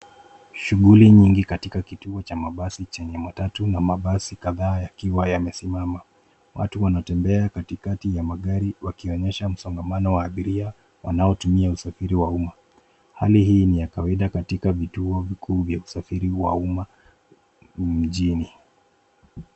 Shughuli nyingi katika kituo cha mabasi chenye matatu na mabasi kadhaa yakiwa yamesimama. Watu wanatembea katikati ya magari wakionyesha msongamano wa abiria wanaotumia usafiri wa umma. Hali hii ni yakawaida katika vituo vya usafiri wa umma mjini.